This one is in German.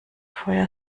feuer